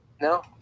no